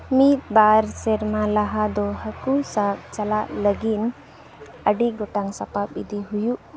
ᱢᱤᱫ ᱵᱟᱨ ᱥᱮᱨᱢᱟ ᱞᱟᱦᱟ ᱫᱚ ᱦᱟᱠᱩ ᱥᱟᱵ ᱪᱟᱞᱟᱜ ᱞᱟᱹᱜᱤᱫ ᱟᱹᱰᱤᱜᱚᱴᱟᱝ ᱥᱟᱯᱟᱵ ᱤᱫᱤ ᱦᱩᱭᱩᱜ